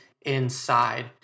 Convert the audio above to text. inside